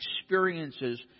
experiences